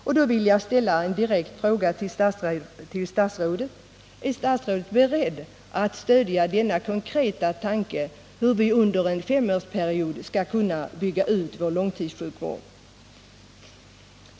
Jag vill ställa en direkt fråga till statsrådet: Är statsrådet beredd att stödja denna konkreta tanke på hur vi under en femårsperiod skall kunna bygga ut vår långtidssjukvård?